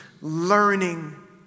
learning